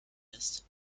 ist